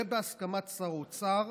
ובהסכמת שר האוצר,